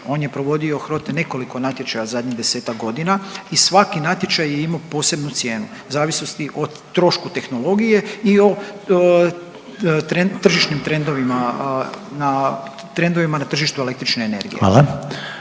On je provodio HROTE nekoliko natječaja zadnjih 10-ak godina i svaki natječaj je imao posebnu cijenu, zavisnosti o trošku tehnologije i o tržišnim trendovima na, trendovima na tržištu električne energije.